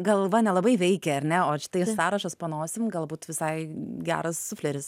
galva nelabai veikia ar ne o čia tai sąrašas po nosim galbūt visai geras sufleris